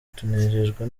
tunejejwe